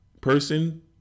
person